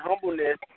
humbleness